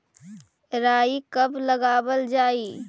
राई कब लगावल जाई?